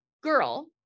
girl